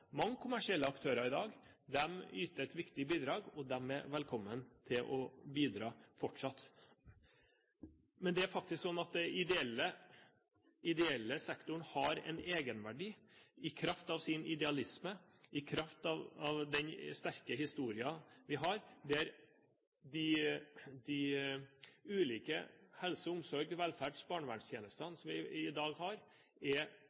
mange kommersielle aktører i dag. De yter et viktig bidrag, og de er velkommen til å bidra fortsatt. Men det er sånn at den ideelle sektoren har en egenverdi i kraft av sin idealisme, i kraft av den sterke historien vi har der de ulike helse- og omsorgs-, velferds- og barnevernstjenestene som vi i dag har, er